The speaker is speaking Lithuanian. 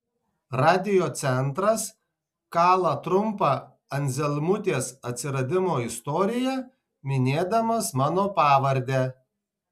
radiocentras kala trumpą anzelmutės atsiradimo istoriją minėdamas mano pavardę